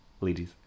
Ladies